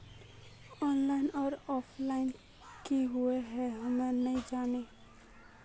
Online आर offline की हुई है हम ना जाने?